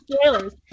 spoilers